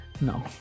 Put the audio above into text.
No